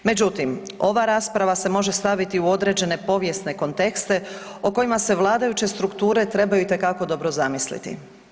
Međutim, ova rasprava se može staviti u određene povijesne kontekste o kojima se vladajuće strukture trebaju itekako dobro zamisliti.